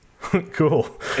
Cool